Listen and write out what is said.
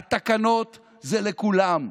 התקנות הן לכולם,